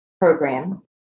program